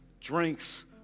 drinks